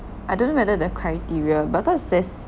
I don't know whether the criteria but cause it says